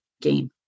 game